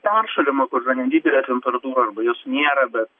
peršalimą kur yra nedidelė temperatūra arba jos nėra bet